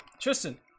Tristan